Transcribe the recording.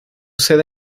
sede